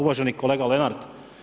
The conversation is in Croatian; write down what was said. Uvaženi kolega Lenart.